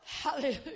Hallelujah